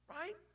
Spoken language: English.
Right